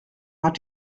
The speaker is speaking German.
hat